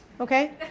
okay